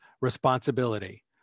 responsibility